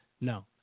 No